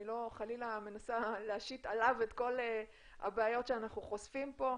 אני לא חלילה מנסה להשית עליו את כל הבעיות שאנחנו חושפים פה.